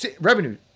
revenue